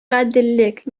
гаделлек